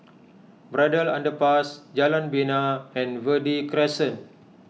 Braddell Underpass Jalan Bena and Verde Crescent